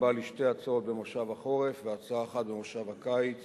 תוגבל לשתי הצעות במושב החורף והצעה אחת במושב הקיץ